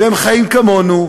והם חיים כמונו,